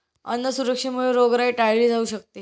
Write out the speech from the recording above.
अन्न सुरक्षेमुळे रोगराई टाळली जाऊ शकते